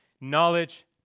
Knowledge